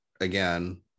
again